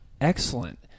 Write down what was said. Excellent